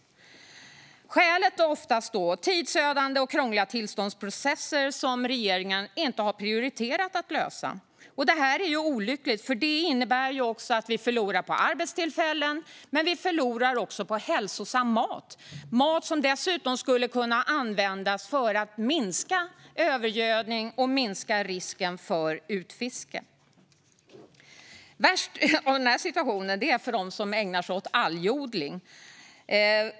Orsaken är oftast tidsödande och krångliga tillståndsprocesser som regeringen inte har prioriterat att lösa. Det här är olyckligt. Det innebär att vi förlorar arbetstillfällen, men vi förlorar också hälsosam mat som dessutom skulle kunna användas för att minska övergödningen och risken för utfiske. Värst är situationen för dem som ägnar sig åt algodling.